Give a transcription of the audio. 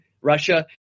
russia